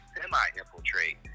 semi-infiltrate